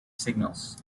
signals